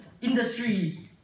industry